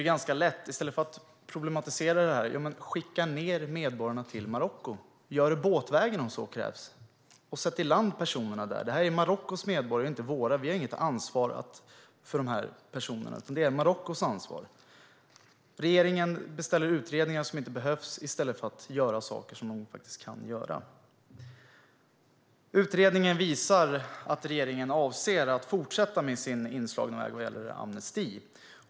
I stället för att problematisera situationen anser jag att medborgarna ska skickas till Marocko. Gör det båtvägen om så krävs och sätt personerna i land. De är Marockos medborgare, inte våra. Vi har inget ansvar för dessa personer utan de är Marockos ansvar. Regeringen beställer utredningar som inte behövs i stället för att göra saker som faktiskt kan göras. Utredningen visar att regeringen avser att fortsätta på sin inslagna väg vad gäller amnesti.